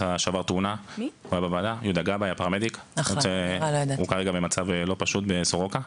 הוא כרגע במצב לא פשוט בסורוקה,